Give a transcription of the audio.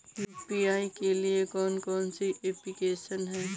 UPI के लिए कौन कौन सी एप्लिकेशन हैं?